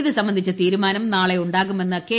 ഇതുസംബന്ധിച്ച തീരുമാനം ഉണ്ടാകുമെന്ന് കെ